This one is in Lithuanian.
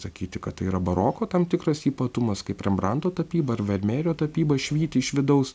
sakyti kad tai yra baroko tam tikras ypatumas kaip rembranto tapyba ar vermejerio tapyba švyti iš vidaus